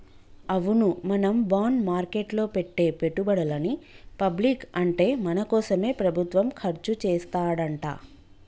అవును మనం బాండ్ మార్కెట్లో పెట్టే పెట్టుబడులని పబ్లిక్ అంటే మన కోసమే ప్రభుత్వం ఖర్చు చేస్తాడంట